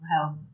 health